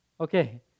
Okay